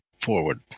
forward